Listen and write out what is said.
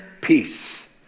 peace